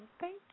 thank